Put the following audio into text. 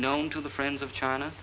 known to the friends of china